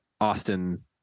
austin